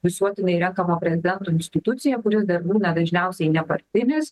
visuotinai renkamo prezidento instituciją kuris dar būna dažniausiai nepartinis